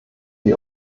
die